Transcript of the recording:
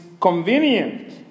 convenient